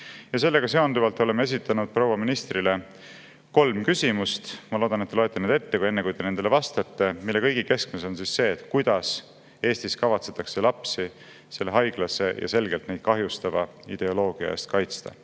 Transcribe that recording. Sellega seonduvalt oleme esitanud proua ministrile kolm küsimust. Ma loodan, et te loete need ette, enne kui vastate. Nende kõigi keskmes on see, kuidas Eestis kavatsetakse lapsi selle haiglase ja neid selgelt kahjustava ideoloogia eest kaitsta,